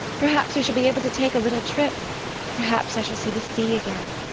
perhaps we shall be able to take a little trip perhaps i shall see the sea again!